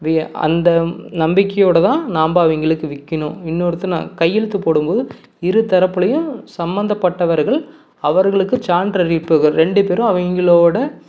we அந்த நம்பிக்கையோடுதான் நாம்ம அவங்களுக்கு விற்கிணும் இன்னொருத்த நான் கையெழுத்து போடும்போது இருதரப்புலேயும் சம்மந்தப்பட்டவர்கள் அவர்களுக்கு சான்று அளிப்புகள் ரெண்டு பேரும் அவங்களோட